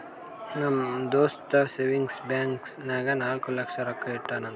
ನಮ್ ದೋಸ್ತ savings bank ನಾಗ್ ನಾಲ್ಕ ಲಕ್ಷ ರೊಕ್ಕಾ ಇಟ್ಟಾನ್ ಅಂತ್